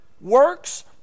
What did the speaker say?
Works